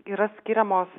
yra skiriamos